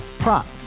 Prop